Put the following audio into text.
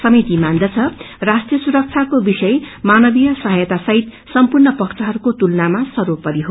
समिति मान्दछ कि राष्ट्रिय सुरक्षको विषय मानवीय सहायता सहित सम्पूर्ण पक्षहरूको तुलनामा सर्वोपरि हो